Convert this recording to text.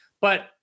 but-